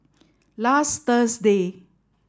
last Thursday